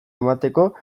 emateko